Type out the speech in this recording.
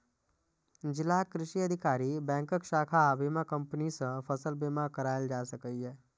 जिलाक कृषि अधिकारी, बैंकक शाखा आ बीमा कंपनी सं फसल बीमा कराएल जा सकैए